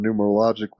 numerologically